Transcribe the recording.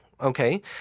okay